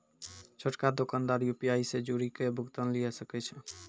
छोटका दोकानदार यू.पी.आई से जुड़ि के भुगतान लिये सकै छै